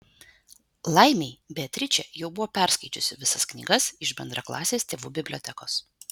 laimei beatričė jau buvo perskaičiusi visas knygas iš bendraklasės tėvų bibliotekos